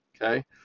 okay